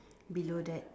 below that